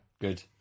good